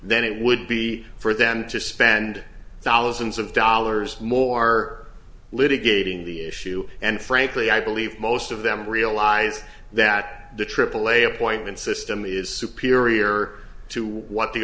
then it would be for them to spend thousands of dollars more litigating the issue and frankly i believe most of them realize that the aaa appointment system is superior to what the